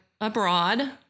abroad